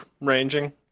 ranging